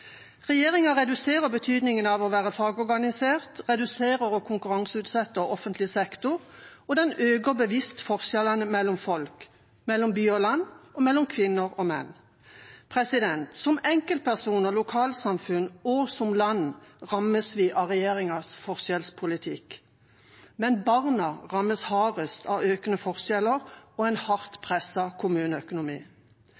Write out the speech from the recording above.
Regjeringa reduserer betydningen av å være fagorganisert, den reduserer og konkurranseutsetter offentlig sektor, og den øker bevisst forskjellene mellom folk – mellom by og land og mellom kvinner og menn. Som enkeltpersoner, som lokalsamfunn og som land rammes vi av regjeringas forskjellspolitikk. Men barna rammes hardest av økende forskjeller og en hardt